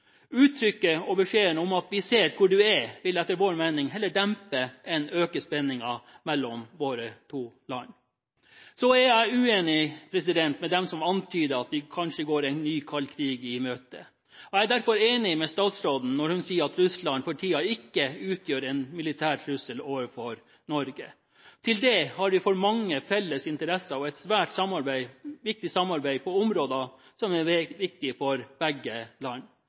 Uttrykket og beskjeden «vi ser hvor du er» vil etter vår mening heller dempe enn øke spenningen mellom våre to land. Jeg er uenig med dem som antyder at vi kanskje går en ny kald krig i møte. Jeg er derfor enig med statsråden når hun sier at Russland for tiden ikke utgjør en militær trussel overfor Norge. Til det har vi for mange felles interesser og et svært viktig samarbeid på områder som er viktige for begge land.